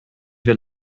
wir